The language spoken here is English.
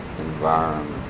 environment